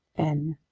n